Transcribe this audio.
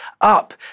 up